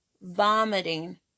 vomiting